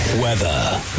Weather